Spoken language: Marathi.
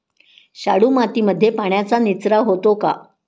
शाडू मातीमध्ये पाण्याचा निचरा होतो का?